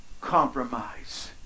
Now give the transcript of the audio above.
compromise